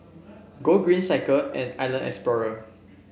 Gogreen Cycle and Island Explorer